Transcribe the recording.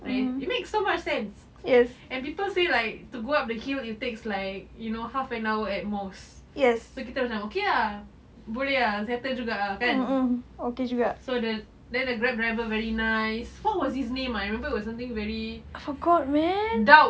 right it makes so much sense and people say like to go up the hill it takes like you know half an hour at most so kita macam okay ah boleh ah settle juga ah kan so the then the Grab driver very nice what was his name ah I remember it was something very doug